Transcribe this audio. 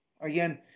Again